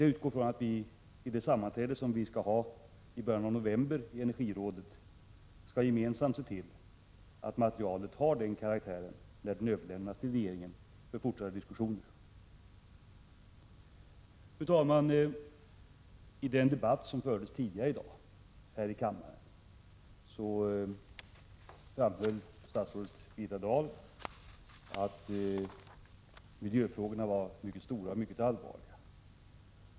Jag utgår från att vi i energirådet vid det sammanträde som vi skall ha i början av november gemensamt skall se till att materialet har den karaktären när det överlämnas till regeringen för fortsatta diskussioner. Fru talman! I den debatt som fördes här i kammaren tidigare i dag framhöll statsrådet Birgitta Dahl att miljöfrågorna var mycket stora och mycket allvarliga.